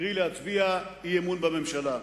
קרי להצביע אי-אמון בממשלה.